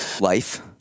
life